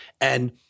And-